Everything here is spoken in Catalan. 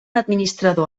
administrador